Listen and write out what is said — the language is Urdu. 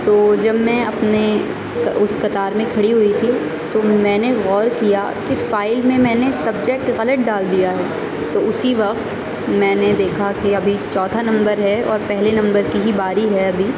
تو جب میں اپنے اس قطار میں کھڑی ہوئی تھی تو میں نے غور کیا کہ فائل میں میں نے سبجیکٹ غلط ڈال دیا ہے تو اسی وقت میں نے دیکھا کہ ابھی چوتھا نمبر ہے اور پہلے نمبر کی ہی باری ہے ابھی